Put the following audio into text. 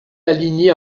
aligné